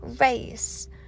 race